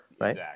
Right